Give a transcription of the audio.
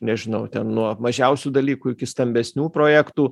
nežinau ten nuo mažiausių dalykų iki stambesnių projektų